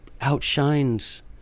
outshines